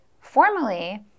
formally